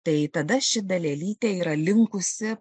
tai tada ši dalelytė yra linkusi